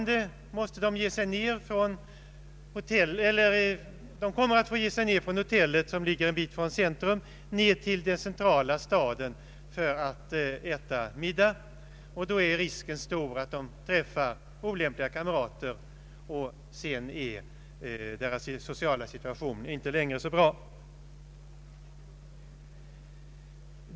De kommer annars att få bege sig från hotellet, som ligger en bit från centrum, till den centrala staden för att äta middag, och då är risken stor att de träffar olämpliga kamrater. Därigenom blir deras sociala situation inte längre så bra.